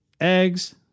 eggs